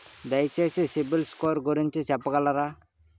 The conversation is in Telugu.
దయచేసి సిబిల్ స్కోర్ గురించి చెప్పగలరా?